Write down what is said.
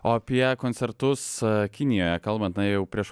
o apie koncertus kinijoje kalbant na jau prieš